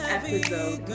episode